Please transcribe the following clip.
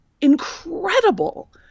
incredible